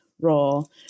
role